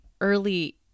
early